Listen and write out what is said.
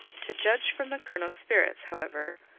to judge from the colonel's spirits, however,